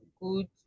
good